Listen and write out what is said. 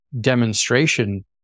demonstration